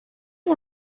این